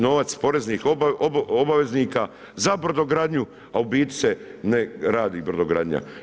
Novac poreznih obavezanika, za brodogradnju, a u biti se ne radi brodogradnja.